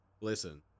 Listen